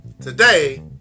Today